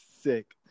sick